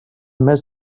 mes